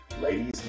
ladies